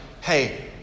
hey